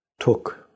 Took